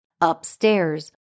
upstairs